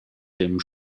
dem